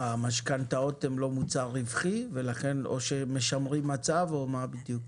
שהמשכנתאות הן לא מוצר רווחי או שמשמרים מצב או מה בדיוק?